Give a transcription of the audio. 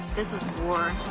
this is war.